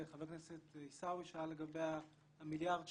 חבר הכנסת עיסאווי שאל לגבי מיליארד השקל,